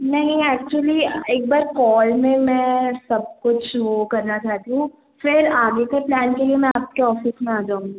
नहीं ऐक्चुली एक बार कॉल में मैं सब कुछ वो करना चाहती हूँ फिर आगे के प्लैन के लिए मैं आपके ऑफ़िस में आ जाऊँगी